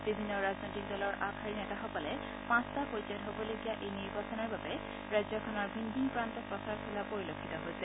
বিভিন্ন ৰাজনৈতিক দলৰ আগশাৰীৰ নেতাসকলে পাঁচটা পৰ্যায়ত হ'বলগীয়া এই নিৰ্বাচনৰ বাবে ৰাজ্যখনৰ ভিন ভিন প্ৰান্তত প্ৰচাৰ চলোৱা পৰিলক্ষিত হৈছে